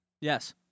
Yes